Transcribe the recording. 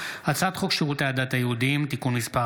הצעת חוק שירותי הדת היהודיים (תיקון מס'